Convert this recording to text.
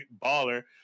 baller